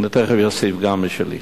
ואני תיכף אוסיף גם משלי: